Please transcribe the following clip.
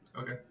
okay